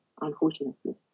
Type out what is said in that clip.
unfortunately